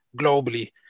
globally